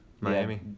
Miami